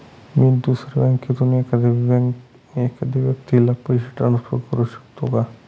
मी दुसऱ्या बँकेतून एखाद्या व्यक्ती ला पैसे ट्रान्सफर करु शकतो का?